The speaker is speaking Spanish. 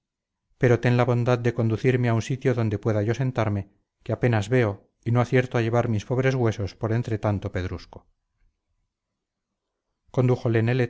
pero ten la bondad de conducirme a un sitio donde pueda yo sentarme que apenas veo y no acierto a llevar mis pobres huesos por entre tanto pedrusco condújole